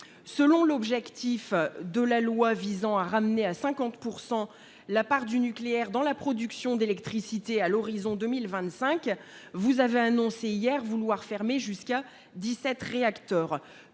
énergétique visant à ramener à 50 % la part du nucléaire dans la production d'électricité à l'horizon 2025, vous avez annoncé hier vouloir fermer jusqu'à dix-sept réacteurs.